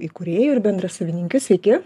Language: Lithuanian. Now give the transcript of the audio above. įkūrėjų ir bendrasavininkiu sveiki